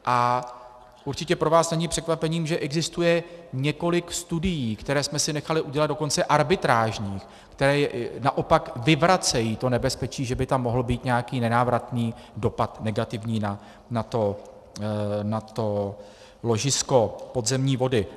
A určitě pro vás není překvapením, že existuje několik studií, které jsme si nechali udělat dokonce arbitrážních, které naopak vyvracejí to nebezpečí, že by tam mohl být nějaký nenávratný dopad negativní na to ložisko podzemní vody.